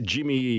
Jimmy